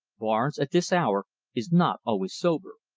barnes, at this hour is not always sober!